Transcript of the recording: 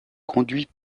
conduit